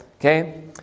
okay